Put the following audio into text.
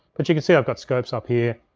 but you can see, i've got scopes up here.